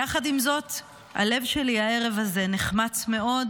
יחד עם זאת, הלב שלי הערב הזה נחמץ מאוד,